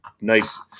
Nice